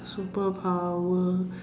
superpower